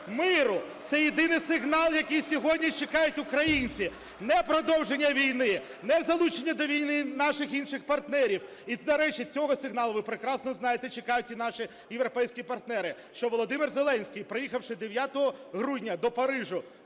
миру. Це єдиний сигнал, який сьогодні чекають українці. Не продовження війни, не залучення до війни наших інших партнерів. І, до речі, цього сигналу, ви прекрасно знаєте, чекають і наші європейські партнери. Що Володимир Зеленський, приїхавши 9 грудня до Парижа,